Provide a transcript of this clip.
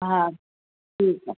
हा ठीकु आहे